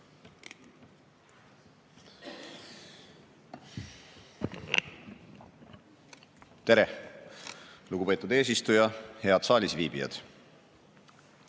Tere, lugupeetud eesistuja! Head saalisviibijad!